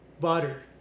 butter